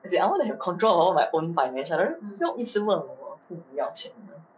as in I wanna have control of my own finances 不用一直问我父母要钱的 mah